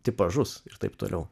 tipažus ir taip toliau